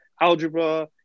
algebra